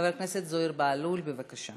חבר הכנסת זוהיר בהלול, בבקשה.